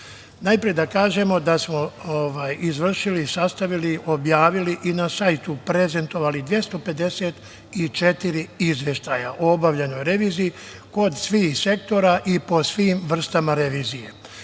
da kažemo da smo izvršili, sastavili, objavili i na sajtu prezentovali 254 izveštaja o obavljenoj reviziji kod svih sektora i po svim vrstama revizije,